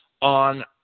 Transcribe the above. on